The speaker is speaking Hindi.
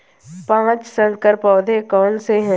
पाँच संकर पौधे कौन से हैं?